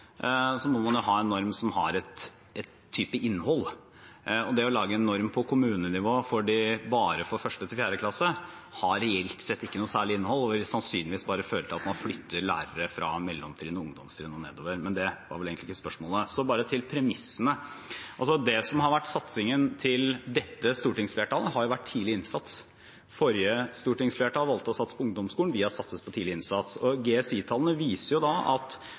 må man ha en norm som har en type innhold. Det å lage en norm på kommunenivå bare for 1.–4. klasse har reelt sett ikke noe særlig innhold og vil sannsynligvis bare føre til at man flytter lærere fra mellomtrinnet og ungdomstrinnet og nedover. Men det var vel egentlig ikke spørsmålet. Så bare til premissene: Det som har vært satsingen til dette stortingsflertallet, har vært tidlig innsats. Forrige stortingsflertall valgte å satse på ungdomsskolen, vi har satset på tidlig innsats. Og GSI-tallene viser